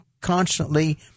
constantly